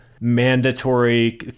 mandatory